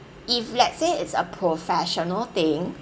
if let's say it's a professional thing